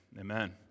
Amen